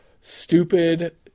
stupid